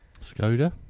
Skoda